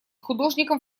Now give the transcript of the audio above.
художником